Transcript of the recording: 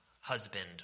husband